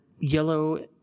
yellow